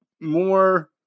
more